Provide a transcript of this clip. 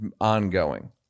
ongoing